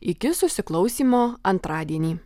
iki susiklausymo antradienį